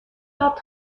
داد